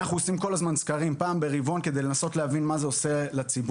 אנחנו עושים כול הזמן סקרים פעם ברבעון כדי להבין מה זה עושה לציבור.